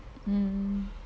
mm